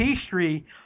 pastry